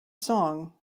song